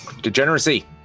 Degeneracy